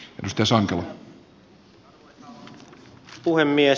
arvoisa puhemies